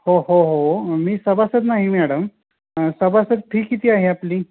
हो हो हो मी सभासद नाही मॅडम सभासद फी किती आहे आपली